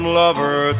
lover